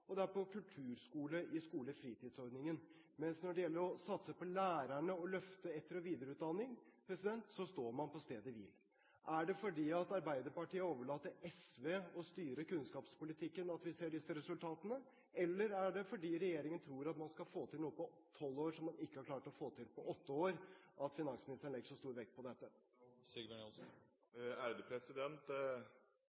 ufaglært leksehjelp og på kulturskole i skolefritidsordningen. Men når det gjelder å satse på lærerne og å løfte videre- og etterutdanning, står man på stedet hvil. Er det fordi Arbeiderpartiet har overlatt til SV å styre kunnskapspolitikken, at vi ser disse resultatene? Eller er det fordi regjeringen tror at man skal få til noe på tolv år som man ikke har klart å få til på åtte år, at finansministeren legger så stor vekt på dette?